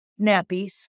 nappies